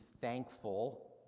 thankful